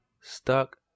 stuck